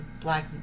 black